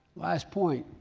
last point.